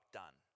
done